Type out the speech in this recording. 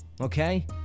okay